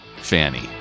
fanny